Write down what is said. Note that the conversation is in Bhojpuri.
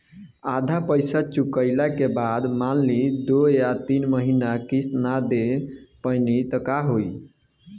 आधा पईसा चुकइला के बाद मान ली दो या तीन महिना किश्त ना दे पैनी त का होई?